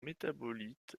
métabolite